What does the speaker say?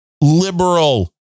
liberal